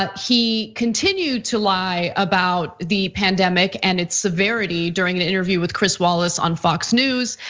he continued to lie about the pandemic and its severity during an interview with chris wallace on fox news.